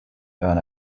earn